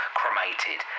cremated